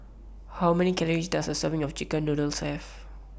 How Many Calories Does A Serving of Chicken Noodles Have